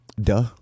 Duh